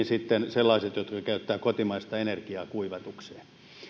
sitten sellaisia jotka käyttävät kotimaista energiaa kuivatukseen